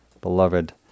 beloved